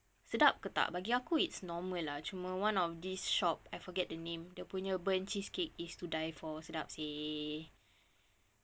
sedap ke tak bagi aku it's normal lah tomorrow one of this shop I forget the name dia punya burnt cheesecake is to die for sedap seh